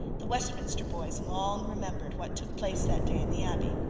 the westminster boys long remembered what took place that day in the abbey.